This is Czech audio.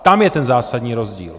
Tam je ten zásadní rozdíl!